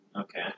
Okay